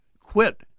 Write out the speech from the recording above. quit